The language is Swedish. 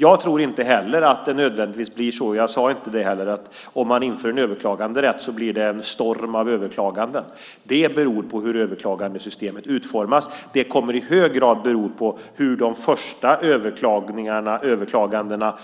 Jag tror inte att det nödvändigtvis blir så - jag sade inte det heller - att om man inför en överklaganderätt blir det en storm av överklaganden. Det beror på hur överklagandesystemet utformas. Det kommer i hög grad att bero på hur de första överklagandena